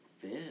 fit